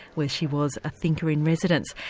where she was a thinker in residence.